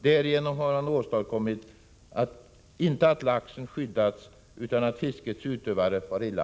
Därigenom har man åstadkommit inte att laxen skyddas, utan att fiskets utövare far illa.